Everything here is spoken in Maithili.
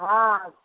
हँ